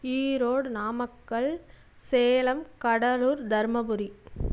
Erode Namakkal Salem Cuddalore Dharmapuri